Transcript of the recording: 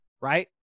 right